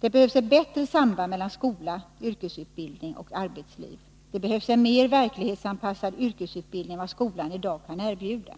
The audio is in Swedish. Det behövs ett bättre samband mellan skola, yrkesutbildning och arbetsliv. Det behövs en mer verklighetsanpassad yrkesutbildning än vad skolan i dag kan erbjuda.